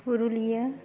Purulia